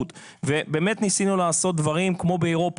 באמת ניסינו לעשות דברים כמו באירופה,